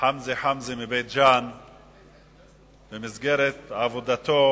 חמזה חמזה מבית-ג'ן בעת עבודתו